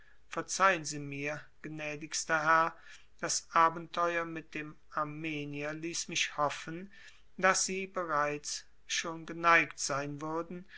verzeihen sie mir gnädigster herr das abenteuer mit dem armenier ließ mich hoffen daß sie bereits schon geneigt sein würden